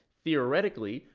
theoretically,